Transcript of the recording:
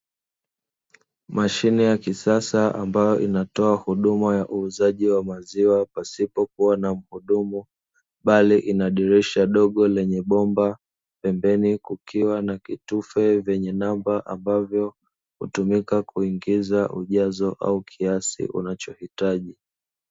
Mashine ya kisasa ambayo inatoa huduma ya uuzaji wa maziwa pasipo kuwa na mhudumu, bali ina dirisha dogo lenye bomba; pembeni kukiwa na kitufe vyenye namba ambavyo hutumika kuingiza ujazo au kiasi unachohitaji.